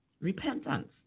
Repentance